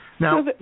Now